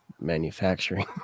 manufacturing